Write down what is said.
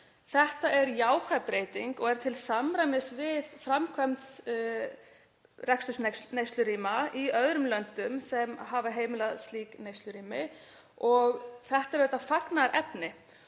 Þetta er jákvæð breyting og er til samræmis við framkvæmd reksturs neyslurýma í öðrum löndum sem hafa heimilað slík neyslurými. Þetta er auðvitað fagnaðarefni